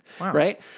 right